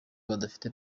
badafite